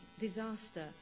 disaster